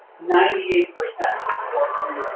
ninety eight percent what